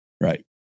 right